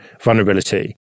vulnerability